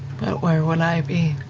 where would i be?